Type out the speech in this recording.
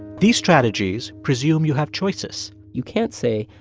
these strategies presume you have choices you can't say,